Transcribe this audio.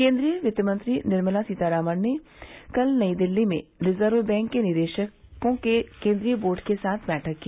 केन्द्रीय वित्तमंत्री निर्मला सीतारामन ने कल नई दिल्ली में रिजर्व बैंक के निदेशकों के केंद्रीय बोर्ड के साथ बैठक की